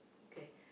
okay